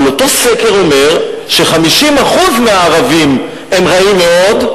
אבל אותו סקר אומר ש-50% מהערבים הם רעים מאוד,